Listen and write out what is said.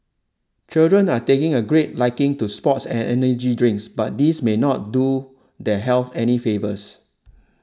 children are taking a great liking to sports and energy drinks but these may not do their health any favours